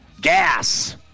gas